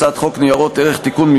הצעת חוק ניירות ערך (תיקון,